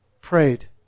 prayed